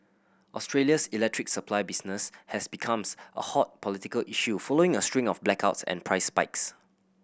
Australia's electricity supply business has becomes a hot political issue following a string of blackouts and price spikes